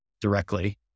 directly